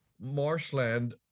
marshland